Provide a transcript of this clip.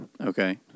Okay